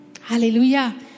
Hallelujah